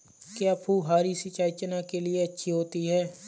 क्या फुहारी सिंचाई चना के लिए अच्छी होती है?